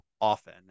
often